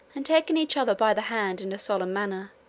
and, taking each other by the hand in a solemn manner,